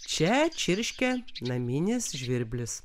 čia čirškia naminis žvirblis